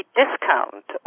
discount